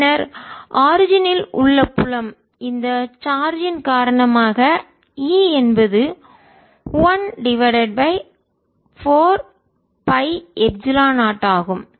பின்னர் ஆரிஜினில் தோற்றம் உள்ள புலம் இந்த சார்ஜ் ன் காரணமாக E என்பது 1 divided by 4 pi epsilon naught ஆகும்